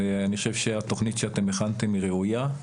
אני חושב שהתכנית שאתם הכנתם היא ראוייה.